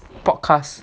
podcast